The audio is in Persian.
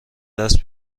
دست